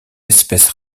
espèce